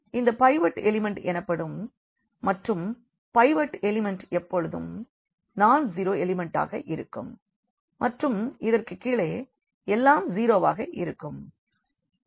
இது pivot element எனப்படும் மற்றும் பைவட் எலிமெண்ட் எப்பொழுதும் நான் ஸீரோ எலிமெண்ட்டாக இருக்கும் மற்றும் இதற்கு கீழே எல்லாம் 0 வாக இருக்க வேண்டும்